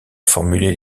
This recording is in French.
formuler